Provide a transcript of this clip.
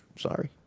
Sorry